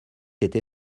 été